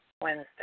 Wednesday